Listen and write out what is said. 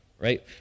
right